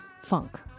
funk